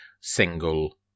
single